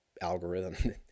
algorithm